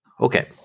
Okay